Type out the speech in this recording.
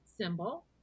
symbol